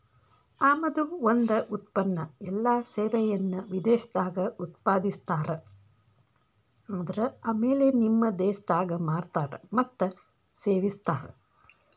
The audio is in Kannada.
ಆಮದು ಒಂದ ಉತ್ಪನ್ನ ಎಲ್ಲಾ ಸೇವೆಯನ್ನ ವಿದೇಶದಾಗ್ ಉತ್ಪಾದಿಸ್ತಾರ ಆದರ ಆಮ್ಯಾಲೆ ನಿಮ್ಮ ದೇಶದಾಗ್ ಮಾರ್ತಾರ್ ಮತ್ತ ಸೇವಿಸ್ತಾರ್